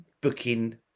booking